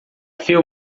few